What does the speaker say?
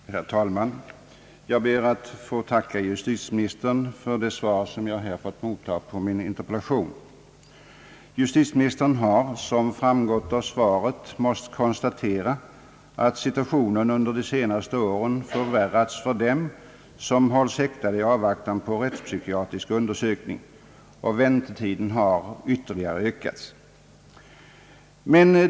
Herr talman! Jag ber att få tacka justitieministern för det svar jag här fått mottaga på min interpellation. Justitieministern har — som framgått av svaret — måst konstatera att situationen under de senaste åren förvärrats för dem som hålls häktade i avvaktan på rättspsykiatrisk undersökning. Väntetiderna har ytterligare ökat.